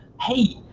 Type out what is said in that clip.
hey